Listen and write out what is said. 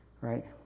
right